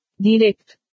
Direct